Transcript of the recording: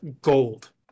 gold